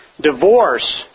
Divorce